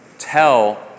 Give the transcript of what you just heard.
Tell